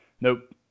Nope